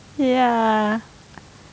ya